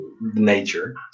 nature